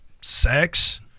sex